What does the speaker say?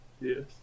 Yes